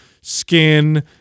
skin